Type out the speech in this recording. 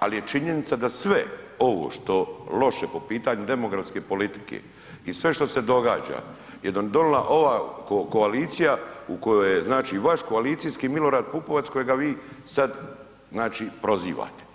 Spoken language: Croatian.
ali je činjenica da sve ovo što loše po pitanju demografske politike i sve što se događa je donila ova koalicija u kojoj je znači vaš koalicijski Milorad Pupovac kojega vi znači prozivate.